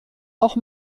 auch